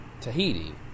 Tahiti